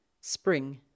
Spring